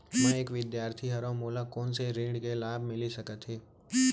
मैं एक विद्यार्थी हरव, मोला कोन से ऋण के लाभ मिलिस सकत हे?